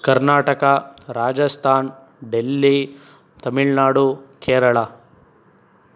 Karnataka Rajasthan Delhi Tamil Nadu Kerala